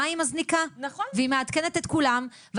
מה היא מזניקה והיא מעדכנת את כולם.